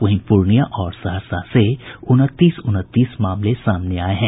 वहीं पूर्णिया और सहरसा से उनतीस उनतीस मामले सामने आये हैं